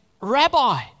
Rabbi